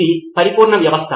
ఇది పరిపూర్ణ వ్యవస్థ